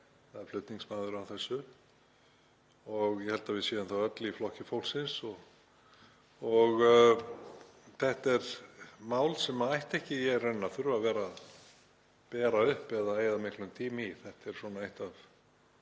að vera flutningsmaður á þessu og ég held að við séum það öll í Flokki fólksins. Þetta er mál sem ætti ekki að þurfa að vera að bera upp eða eyða miklum tíma í. Þetta er einn af